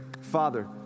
Father